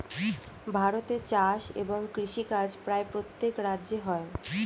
ভারতে চাষ এবং কৃষিকাজ প্রায় প্রত্যেক রাজ্যে হয়